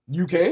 UK